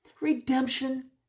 redemption